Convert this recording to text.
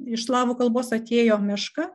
iš slavų kalbos atėjo meška